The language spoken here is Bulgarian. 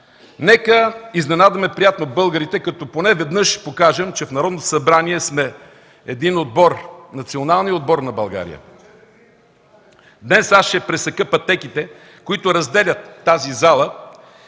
Нека изненадаме приятно българите, като поне веднъж покажем, че в Народното събрание сме един отбор, националният отбор на България. Днес аз ще пресека пътеките, които разделят тази зала